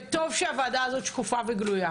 וטוב שהוועדה הזאת שקופה וגלויה,